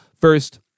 first